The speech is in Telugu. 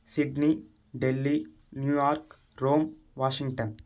Sydney Delhi New York Rome Washington